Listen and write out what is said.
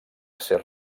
ser